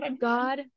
god